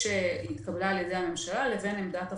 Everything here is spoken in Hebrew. שהתקבלה על ידי הממשלה לבין עמדת הוועדה,